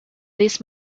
this